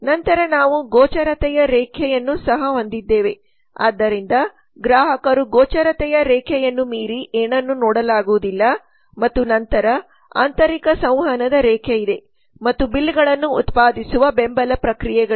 ನಂತರ ನಾವು ಗೋಚರತೆಯ ರೇಖೆಯನ್ನು ಸಹ ಹೊಂದಿದ್ದೇವೆ ಆದ್ದರಿಂದ ಗ್ರಾಹಕರು ಗೋಚರತೆಯ ರೇಖೆಯನ್ನು ಮೀರಿ ಏನನ್ನೂ ನೋಡಲಾಗುವುದಿಲ್ಲ ಮತ್ತು ನಂತರ ಆಂತರಿಕ ಸಂವಹನದ ರೇಖೆಯಿದೆ ಮತ್ತು ಬಿಲ್ ಗಳನ್ನು ಉತ್ಪಾದಿಸುವ ಬೆಂಬಲ ಪ್ರಕ್ರಿಯೆಗಳಿವೆ